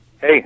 Hey